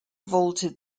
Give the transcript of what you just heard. vaulted